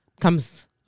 comes